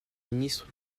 ministre